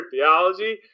theology